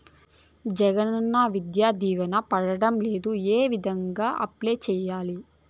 జగనన్న విద్యా దీవెన పడడం లేదు ఏ విధంగా అప్లై సేయాలి